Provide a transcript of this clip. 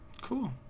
Cool